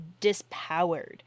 dispowered